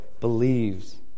Believes